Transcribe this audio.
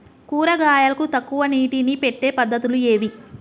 కూరగాయలకు తక్కువ నీటిని పెట్టే పద్దతులు ఏవి?